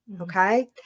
Okay